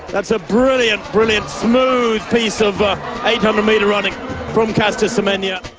that's a brilliant, brilliant, smooth piece of eight hundred metre running from caster semenya.